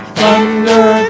Thunder